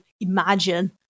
imagine